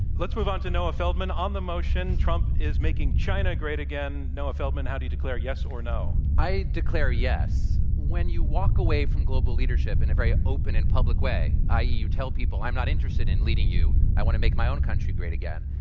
let's move on to noah feldman. on the motion trump is making china great again, noah feldman, how do you declare, yes or no? i declare yes when you walk away from global leadership in a very open and public way, i. e, you tell people i'm not interested in leading you, i want to make my own country great again,